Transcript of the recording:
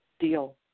deal